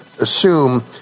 assume